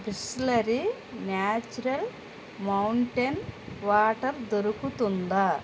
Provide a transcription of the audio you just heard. Bisleri natural mountain water దొరుకుతుందా